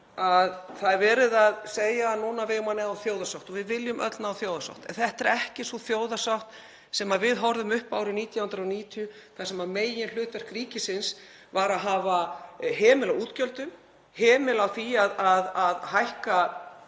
að það er verið að segja núna við eigum að ná þjóðarsátt. Við viljum öll ná þjóðarsátt en þetta er ekki sú þjóðarsátt sem við horfðum upp árið 1990 þar sem meginhlutverk ríkisins var að hafa hemil á útgjöldum, hemil á því að hækka